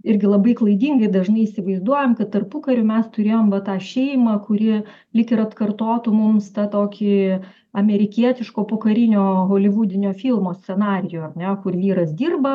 irgi labai klaidingai dažnai įsivaizduojam kad tarpukariu mes turėjom va tą šeimą kuri lyg ir atkartotų mums tą tokį amerikietiško pokarinio holivudinio filmo scenarijų ar ne kur vyras dirba